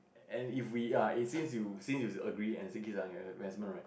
and if we are it since you since you agree and Siti Zaleha investment right